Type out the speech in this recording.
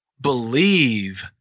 believe